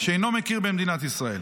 שאינו מכיר במדינת ישראל